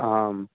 आम्